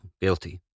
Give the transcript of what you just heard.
guilty